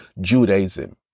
Judaism